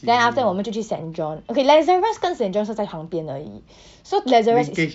then after that 我们就去 saint john okay lazarus 跟 saint john 是在旁边而已 so lazarus is